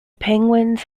penguins